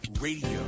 Radio